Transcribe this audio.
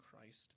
Christ